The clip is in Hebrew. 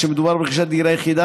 כשמדובר ברכישת דירה יחידה,